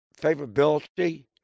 favorability